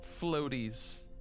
floaties